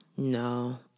No